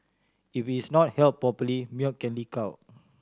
if it's not held properly milk can leak out